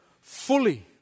fully